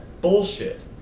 bullshit